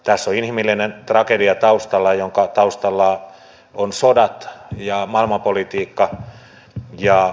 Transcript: tässä on inhimillinen tragedia taustalla sodat ja maailmanpolitiikka